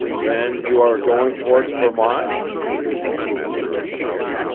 then you are going towards vermont said the master of the house,